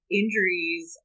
injuries